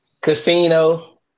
Casino